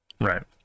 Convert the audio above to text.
Right